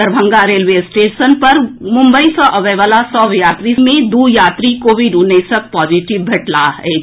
Darbhanga railway station पर मुंबई सँ अवए वला यात्री मे दू यात्री कोविड उनैसक पॉजीटिव भेटलाह अछि